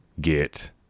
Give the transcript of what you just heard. get